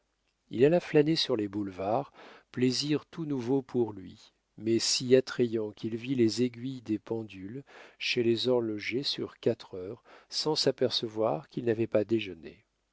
il alla flâner sur les boulevards plaisir tout nouveau pour lui mais si attrayant qu'il vit les aiguilles des pendules chez les horlogers sur quatre heures sans s'apercevoir qu'il n'avait pas déjeuné